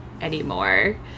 anymore